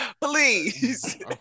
please